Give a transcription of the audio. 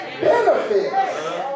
benefits